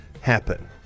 happen